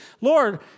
Lord